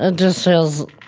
and just feels,